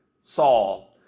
Saul